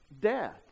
death